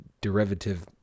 derivative